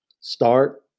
start